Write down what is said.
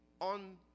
on